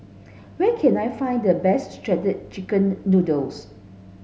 where can I find the best shredded chicken noodles